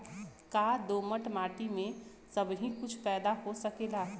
का दोमट माटी में सबही कुछ पैदा हो सकेला?